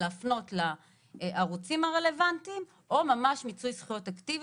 להפנות לערוצים הרלוונטיים או ממש מיצוי זכויות אקטיבי,